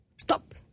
Stop